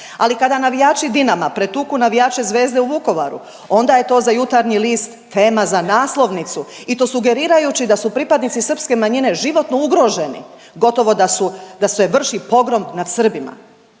ali kada navijači Dinama pretuku navijače Zvezde u Vukovaru, onda je to za Jutarnji list tema za naslovnicu i to sugerirajući da su pripadnici srpske manjine životno ugroženi, gotovo da su, da se vrši pogrom nad Srbima.